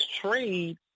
trade